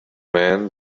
man